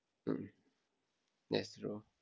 mm that's true